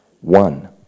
One